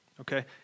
okay